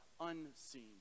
unseen